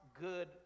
good